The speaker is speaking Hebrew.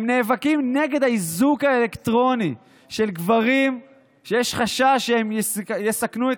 הם נאבקים נגד האיזוק האלקטרוני של גברים שיש חשש שהם יסכנו את